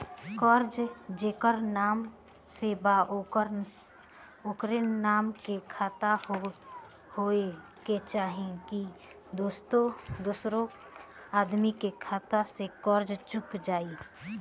कर्जा जेकरा नाम से बा ओकरे नाम के खाता होए के चाही की दोस्रो आदमी के खाता से कर्जा चुक जाइ?